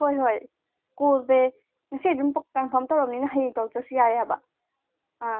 ꯍꯣꯏ ꯍꯣꯏ ꯀꯣꯜꯁꯦ ꯉꯁꯤ ꯑꯗꯨꯝ ꯀꯟꯐꯥꯝ ꯇꯧꯔꯝꯅꯤꯅ ꯍꯌꯦꯡ ꯇꯧꯔꯛꯇ꯭ꯔꯥꯁꯨ ꯌꯥꯏ ꯍꯥꯏꯕ ꯑꯥ